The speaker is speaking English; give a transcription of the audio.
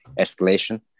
Escalation